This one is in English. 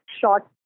short